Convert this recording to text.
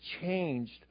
changed